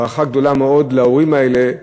לחוש הערכה גדולה מאוד להורים האלה,